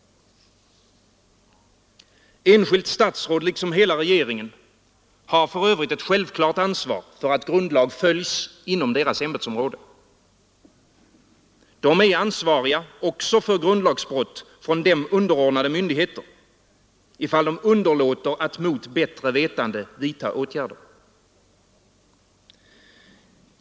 Enskilda statsråd, liksom hela regeringen, har för övrigt ett självklart ansvar för att grundlag följs inom deras ämbetsområde. De är ansvariga också för grundlagsbrott från dem underordnade myndigheter, ifall de mot bättre vetande underlåter att vidta åtgärder.